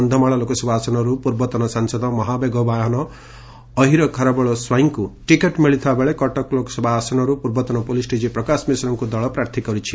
କକ୍ଷମାଳ ଲୋକସଭା ଆସନର୍ ପୂର୍ବତନ ସାଂସଦ ମହାମେଘବାହାନ ଏର ଖାରବେଳ ସ୍ୱାଇଁଙ୍କୁ ଟିକେଟ୍ ମିଳିଥିବା ବେଳେ କଟକ ଲୋକସଭା ଆସନରୁ ପୂର୍ବତନ ପୁଲିସ୍ ଡିଜି ପ୍ରକାଶ ମିଶ୍ରଙ୍କୁ ଦଳ ପ୍ରାର୍ଥୀ କରିଛି